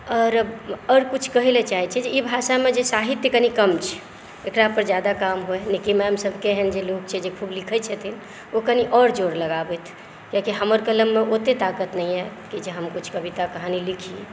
आओर आओर कुछ कहै लए चाहै छी जे ई भाषामे जे साहित्य कनी कम छै एकरा पर ज्यादा काम होइ लेकिन मैम सब केहन जे लोग छै जे खूब लिखै छथिन ओ कनी आओर जोड़ लगाबथि कियाकि हमर कलममे ओते तागत नहि यऽ कि जे हम किछु कविता कहानी लिखी